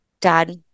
dad